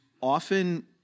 often